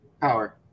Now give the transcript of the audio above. Power